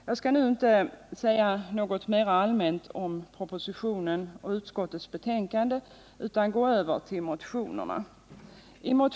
Jag skall nu inte säga något ytterligare allmänt om propositionen och utskottets betänkande utan går över till motionerna.